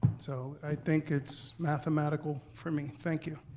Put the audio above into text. so i think it's mathematical for me, thank you.